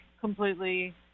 completely